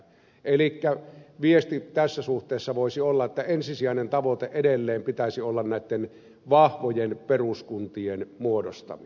elikkä viesti tässä suhteessa voisi olla että ensisijaisen tavoitteen edelleen pitäisi olla näitten vahvojen peruskuntien muodostaminen